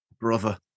brother